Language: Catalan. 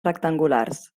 rectangulars